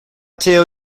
tell